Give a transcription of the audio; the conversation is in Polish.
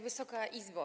Wysoka Izbo!